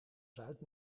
zuid